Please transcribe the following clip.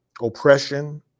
oppression